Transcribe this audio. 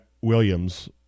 Williams